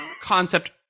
Concept